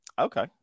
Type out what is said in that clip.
Okay